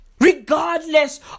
Regardless